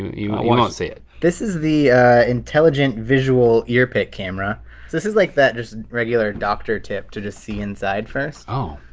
you won't see it. this is the intelligent visual ear pic camera so this is like that just regular doctor tip to just see inside first. oh.